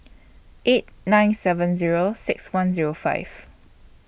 eight nine seven Zero six one Zero five